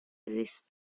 زیست